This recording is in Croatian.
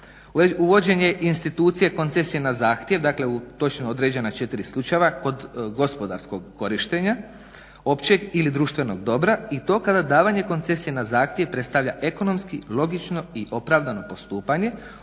Uvođenje institucije koncesije na zahtjev, dakle u točno određena četiri slučaja kod gospodarskog korištenja općeg ili društvenog dobra i to kada davanje koncesije na zahtjev predstavlja ekonomski, logično i opravdano postupanje u kojem